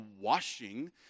washing